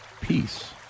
peace